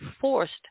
forced